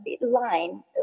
line